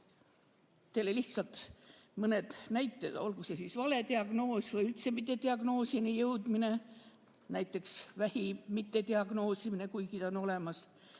teile lihtsalt mõned näited. Olgu see siis vale diagnoos või üldse mitte diagnoosini jõudmine, näiteks vähi mittediagnoosimine, kuigi see on olemas;